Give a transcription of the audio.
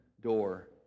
door